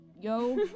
yo